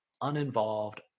uninvolved